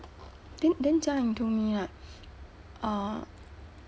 then then jia ying told me right uh